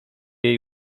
jej